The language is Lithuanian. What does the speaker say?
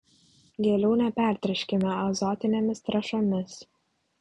gėlių nepertręškime azotinėmis trąšomis